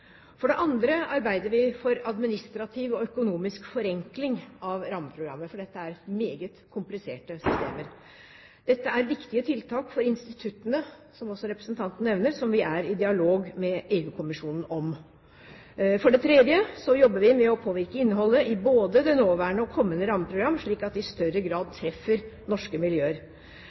For det andre arbeider vi for administrativ og økonomisk forenkling av rammeprogrammet, for dette er meget kompliserte systemer. Dette er viktige tiltak for instituttene, som også representanten nevner, som vi er i dialog med EU-kommisjonen om. For det tredje jobber vi med å påvirke innholdet i både det nåværende og kommende rammeprogram, slik at det i større grad treffer norske miljøer.